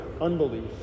unbelief